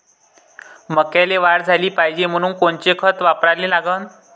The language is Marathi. मक्याले वाढ झाली पाहिजे म्हनून कोनचे खतं वापराले लागन?